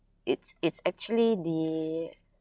it's it's actually the